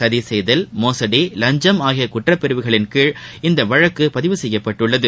சதி செய்தல் மோசடி லஞ்சம் ஆகிய குற்ற பிரிவுகளின் கீழ் இந்த வழக்கு பதிவு செய்யப்பட்டுள்ளது